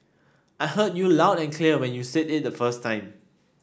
I heard you loud and clear when you said it the first time